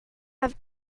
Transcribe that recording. have